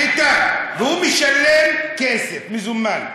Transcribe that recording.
ביטן, הוא משלם בכסף מזומן,